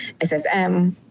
SSM